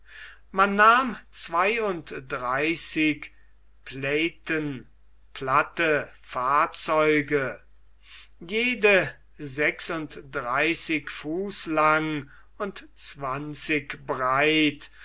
man nahm zweiunddreißig playten platte fahrzeuge jede sechsundsechzig fuß lang und zwanzig breit